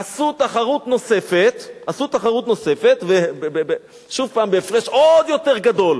עשו תחרות נוספת, ושוב, בהפרש עוד יותר גדול.